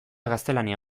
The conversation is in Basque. gaztelania